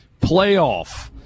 playoff